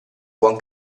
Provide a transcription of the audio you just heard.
buon